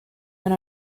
and